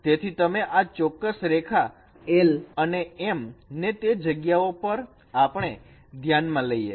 તેથી તમે આ ચોક્કસ રેખા l અને m ને તે જગ્યા પર આપણે ધ્યાન માં લઈએ